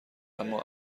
اما